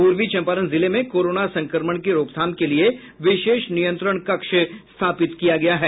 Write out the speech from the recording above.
पूर्वी चंपारण जिले में कोरोना संक्रमण की रोकथाम के लिये विशेष नियंत्रण कक्ष स्थापित किया गया है